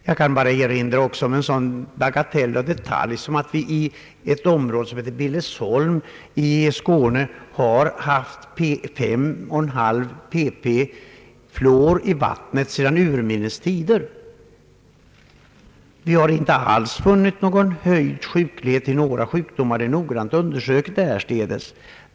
Jag kan bara erinra om en sådan detalj som att vi i Billesholm i Skåne har haft 5,5 pp fluor i vattnet sedan urminnes tider. Vi har inte alls funnit någon höjd sjuklighet i några sjukdomar där — det är noggrant undersökt.